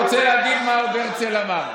אני רוצה להגיד מה עוד הרצל אמר.